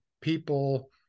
people